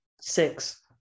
six